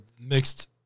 mixed